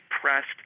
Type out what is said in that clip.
pressed